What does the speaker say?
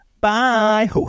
bye